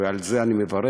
ועל זה אני מברך,